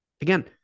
again